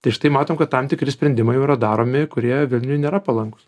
tai štai matom kad tam tikri sprendimai jau yra daromi kurie vilniui nėra palankūs